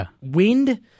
wind